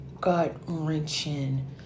gut-wrenching